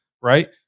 right